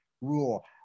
rule